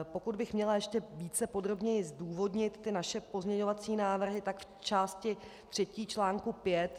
Pokud bych měla ještě více podrobněji zdůvodnit naše pozměňovací návrhy, tak v části třetí čl.